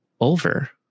Over